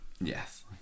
Yes